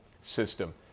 system